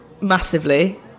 Massively